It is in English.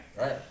Right